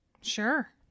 Sure